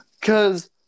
cause